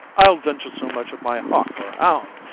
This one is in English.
i'll venture so much of my hawk or hound,